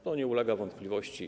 To nie ulega wątpliwości.